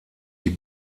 die